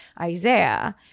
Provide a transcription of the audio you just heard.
Isaiah